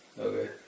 okay